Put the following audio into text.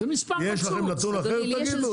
יש לכם נתון אחר, תגידו.